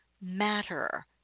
matter